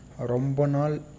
Rombonal